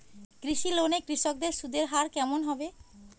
কৃষি লোন এ কৃষকদের সুদের হার কেমন হবে?